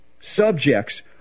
subjects